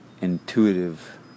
intuitive